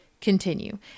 continue